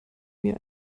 mir